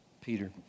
Peter